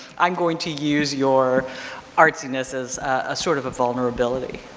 i'm going to use your artsy-ness as a sort of a vulnerability.